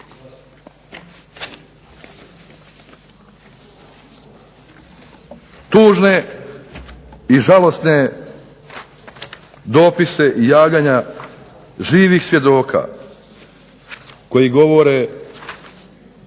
tužne i žalosne dopise i javljanja živih svjedoka koji govore